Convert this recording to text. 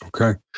Okay